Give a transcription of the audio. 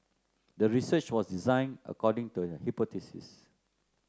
the research was design according to the hypothesis